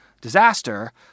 disaster